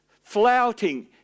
flouting